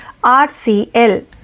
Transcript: RCL